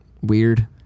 weird